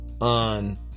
on